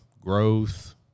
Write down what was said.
growth